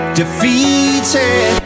defeated